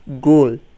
goal